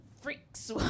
freaks